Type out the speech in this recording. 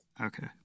okay